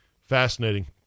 Fascinating